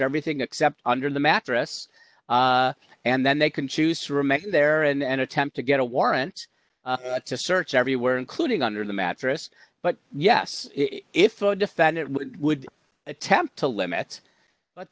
everything except under the mattress and then they can choose to remain there and attempt to get a warrant to search everywhere including under the mattress but yes if the defendant would attempt to limits but